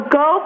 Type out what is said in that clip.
go